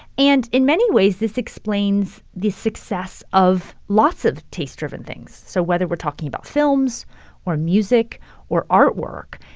and in many ways, this explains the success of lots of taste-driven things. so whether we're talking about films or music or artwork,